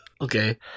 Okay